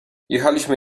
jechaliśmy